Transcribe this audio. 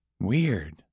Weird